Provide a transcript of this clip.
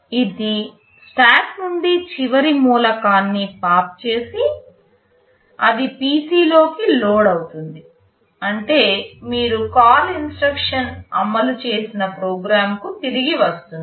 ఇది స్టాక్ నుండి చివరి మూలకాన్ని పాప్ చేసి అది PC లోకి లోడ్ అవుతుంది అంటే మీరు CALL ఇన్స్ట్రక్షన్ అమలు చేసిన ప్రోగ్రామ్ కు తిరిగి వస్తుంది